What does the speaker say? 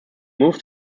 moved